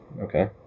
Okay